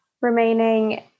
remaining